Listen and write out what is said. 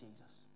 Jesus